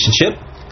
relationship